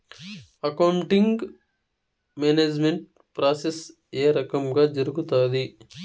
accounting management process ఏ రకంగా జరుగుతాది